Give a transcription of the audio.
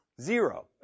Zero